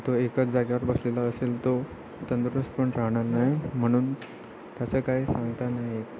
तो एकच जागेवर बसलेला असेल तो तंदुरुस्त पण राहणार नाही म्हणून त्याचं काही सांगता नाही येत